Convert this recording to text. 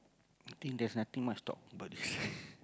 think there's nothing much talk about this